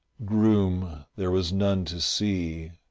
groom there was none to see,